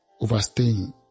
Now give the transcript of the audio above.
overstaying